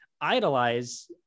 idolize